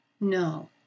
No